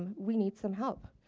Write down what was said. um we need some help.